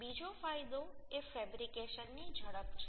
બીજો ફાયદો એ ફેબ્રિકેશન ની ઝડપ છે